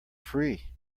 free